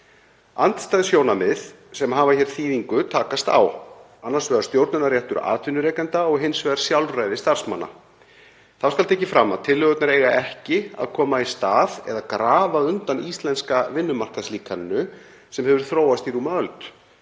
Andstæð sjónarmið sem hafa hér þýðingu takast á, annars vegar stjórnunarréttur atvinnurekenda og hins vegar sjálfræði starfsmanna. Þá skal tekið fram að tillögurnar eiga ekki að koma í stað eða grafa undan íslenska vinnumarkaðslíkaninu sem hefur þróast í rúma öld.